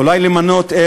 אולי למנות,